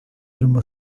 uma